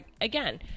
again